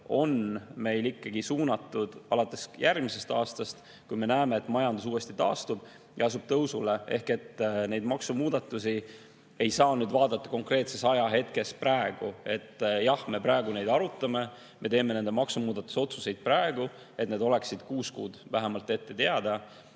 on meil ikkagi suunatud alates järgmisest aastast, kui me näeme, et majandus uuesti taastub ja asub tõusule. Ehk neid maksumuudatusi ei saa vaadata konkreetses ajahetkes praegu. Jah, me praegu neid arutame, me teeme maksumuudatuse otsuseid praegu, et need oleksid kuus kuud vähemalt ette teada,